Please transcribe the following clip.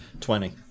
Twenty